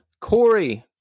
Corey